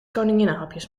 koninginnenhapjes